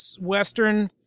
western